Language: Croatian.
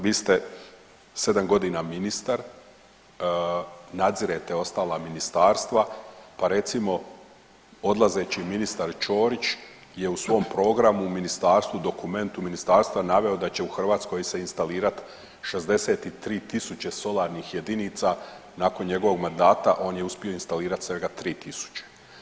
Vi ste sedam godina ministar, nadzirete ostala ministarstva pa recimo odlazeći ministar Ćorić je u svom programu u ministarstvu u dokumentu ministarstva naveo da će u Hrvatskoj se instalirat 63.000 solarnih jedinica, nakon njegovog mandata on je uspio instalirat svega 3.000.